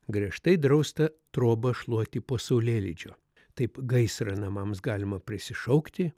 griežtai drausta trobą šluoti po saulėlydžio taip gaisrą namams galima prisišaukti